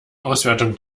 auswertung